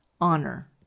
honor